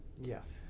Yes